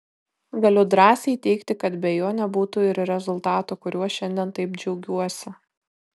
galiu drąsiai teigti kad be jo nebūtų ir rezultato kuriuo šiandien taip džiaugiuosi